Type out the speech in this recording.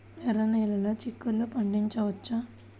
ఎర్ర నెలలో చిక్కుల్లో పండించవచ్చా?